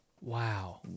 Wow